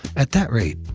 at that rate,